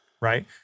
right